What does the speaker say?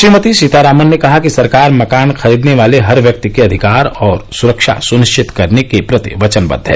श्रीमती सीतारामन ने कहा कि सरकार मकान खरीदने वाले हर व्यक्ति के अधिकार और सुरक्षा सुनिश्चित करने के प्रति वचनबद्व है